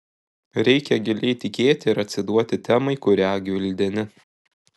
reikia giliai tikėti ir atsiduoti temai kurią gvildeni